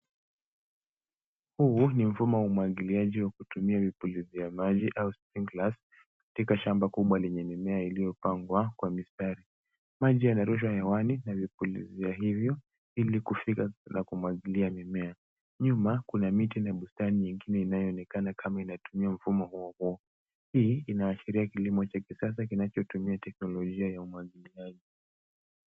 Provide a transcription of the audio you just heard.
Huu ni mfumo wa umwagiliaji wa kutumia vipulizia maji au sprinklers katika shamba kubwa lenye mimea iliyopangwa kwa mistari. Maji yanarushwa hewani na vipulizia hivyo ili kufika na kumwagilia miimea. Nyuma, kuna miti na bustani ingine inayoonekana kama inatumia mfumo huo huo. Hii inaashiria kilimo cha kisasa kinachotumia teknolojia ya umwagiliaji.